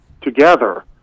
together